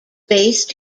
based